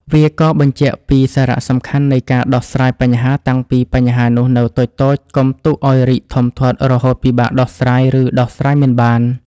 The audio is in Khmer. វាក៏បញ្ជាក់ពីសារៈសំខាន់នៃការដោះស្រាយបញ្ហា តាំងពីបញ្ហានោះនៅតូចៗ កុំទុកឱ្យរីកធំធាត់រហូតពិបាកដោះស្រាយ ឬដោះស្រាយមិនបាន។